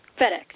FedEx